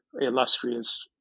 illustrious